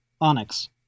onyx